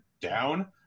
down